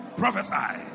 prophesy